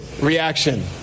reaction